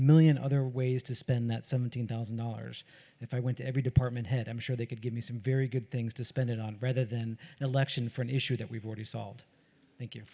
million other ways to spend that seventeen thousand dollars if i went to every department head i'm sure they could give me some very good things to spend it on rather then an election for an issue that we've already solved thank